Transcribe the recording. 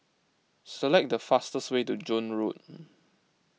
select the fastest way to Joan Road